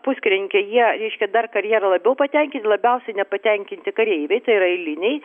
puskarininiai jie reiškia dar karjera labiau patenkinti labiausiai nepatenkinti kareiviai tai yra eiliniai